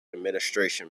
administration